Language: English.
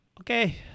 okay